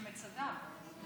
למצדה.